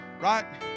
right